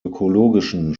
ökologischen